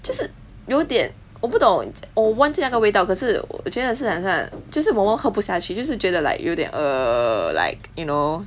就是有点我不懂我忘记那个味道可是我觉得是很像是我们喝不下去就是觉得 like 有点 err like you know